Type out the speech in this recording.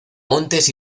montes